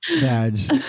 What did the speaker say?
Badge